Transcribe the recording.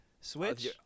Switch